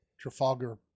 trafalgar